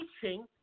teaching